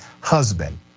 husband